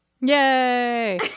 Yay